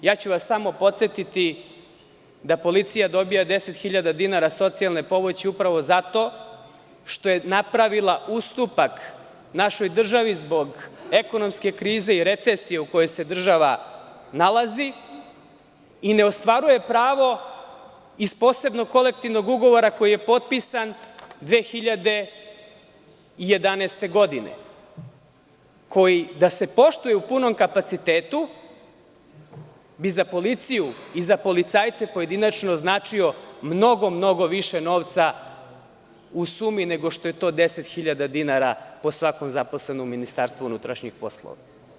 Podsetiću vas samo da policija dobija 10.000 dinara socijalne pomoći upravo zato što je napravila ustupak našoj državi zbog ekonomske krize i recesije u kojoj se država nalazi i ne ostvaruje pravo iz Posebnog kolektivnog ugovora koji je potpisan 2011. godine, koji da se poštuje u punom kapacitetu bi za policiju i za policajce pojedinačno značio mnogo, mnogo više novca u sumi nego što je to 10.000 dinara po svakom zaposlenom u MUP.